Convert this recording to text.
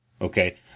okay